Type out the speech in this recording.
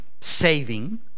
saving